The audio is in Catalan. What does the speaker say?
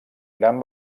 gran